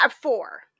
Four